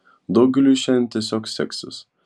daugeliui šiandien tiesiog seksis